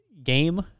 Game